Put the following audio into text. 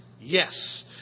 yes